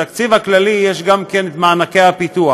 בתקציב הכללי יש גם מענקי פיתוח.